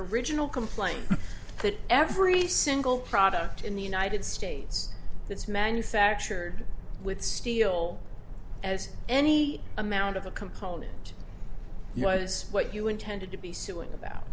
original complaint that every single product in the united states that's manufactured with steel as any amount of the component was what you intended to be suing about